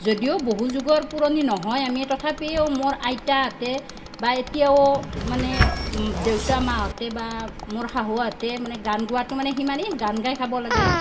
যদিও বহু যুগৰ পুৰণি নহয় আমি তথাপিও মোৰ আইতাহঁতে বা এতিয়াও মানে দেউতা মাহঁতে বা মোৰ শাহুহঁতে মানে গান গোৱাটো মানে সিমানে গান গাই খাব লাগে